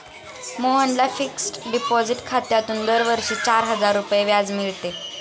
मोहनला fixed deposit खात्यातून दरवर्षी चार हजार रुपये व्याज मिळते